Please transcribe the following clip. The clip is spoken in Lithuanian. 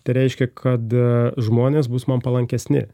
tai reiškia kad žmonės bus man palankesni